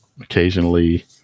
occasionally